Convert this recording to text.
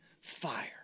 fire